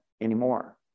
anymore